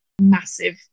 massive